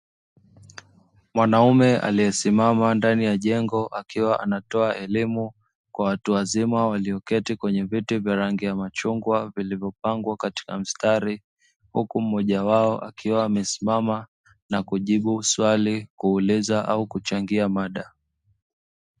Mwanaume aliyesimama ndani ya jengo akiwa anatoa elimu kwa watu wazima walioketi kwenye viti vya rangi ya machungwa, vilivyopangwa katika mstari huku mmoja wao akiwa amesimama na kujibu swali, kuuliza, au kuchangia mada.